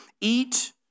Eat